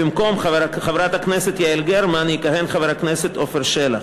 במקום חברת הכנסת יעל גרמן יכהן חבר הכנסת עפר שלח.